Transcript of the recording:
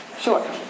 Sure